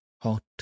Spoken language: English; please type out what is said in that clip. Hot